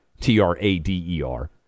T-R-A-D-E-R